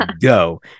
go